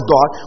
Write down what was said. God